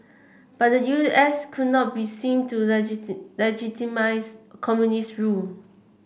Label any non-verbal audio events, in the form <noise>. but the U S could not be seen to <unintelligible> legitimise communist rule